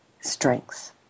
strengths